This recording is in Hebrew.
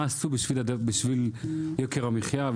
מה עשו בשביל יוקר המחיה?